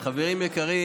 חברים יקרים,